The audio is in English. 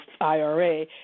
IRA